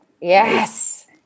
Yes